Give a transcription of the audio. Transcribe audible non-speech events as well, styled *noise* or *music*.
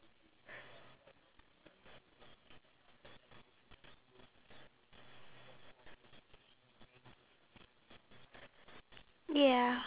one minute long and he felt that the reason why it's only one minute because he doesn't really deserve our time *laughs*